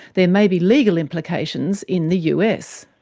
there may be legal implications in the us.